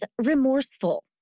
remorseful